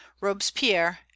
Robespierre